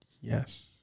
Yes